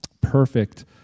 perfect